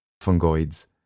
fungoids